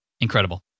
Incredible